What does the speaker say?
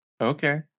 Okay